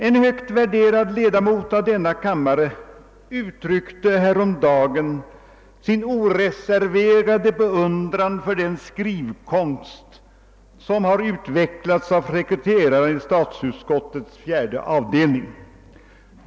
En högt värderad ledamot av denna kammare uttryckte häromdagen sin oreserverade beundran för den skrivkonst som har utvecklats av sekreteraren i statsutskottets fjärde avdelning.